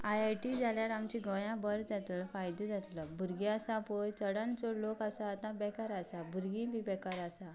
I I T जाल्यार आमच्या गोंयां बरो जातलो फायदो जातलो भुरगीं आसा पळय चडान चड लोक आसा आता बेकार आसा भुरगीं बी बेकार आसा